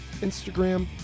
Instagram